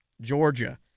Georgia